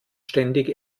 ständig